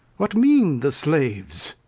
what mean the slaves?